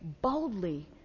boldly